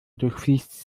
durchfließt